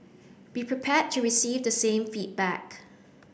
be prepared to receive the same feedback